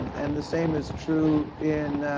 and the same is true in,